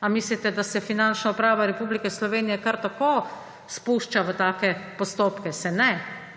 Ali mislite, da se Finančna uprava Republike Slovenije kar tako spušča v take postopke? Se ne.